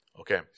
okay